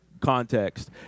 context